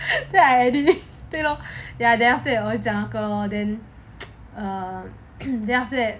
then I delete 对 lor then after 我就讲说 err then after that